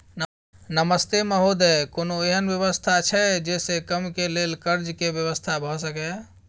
नमस्ते महोदय, कोनो एहन व्यवस्था छै जे से कम के लेल कर्ज के व्यवस्था भ सके ये?